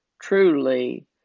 truly